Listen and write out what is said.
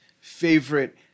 favorite